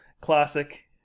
classic